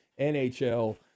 NHL